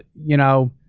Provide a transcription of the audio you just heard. you know,